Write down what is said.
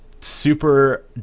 super